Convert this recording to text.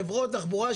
חברות תחבורה,